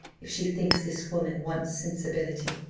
if she thinks this woman wants sensibility.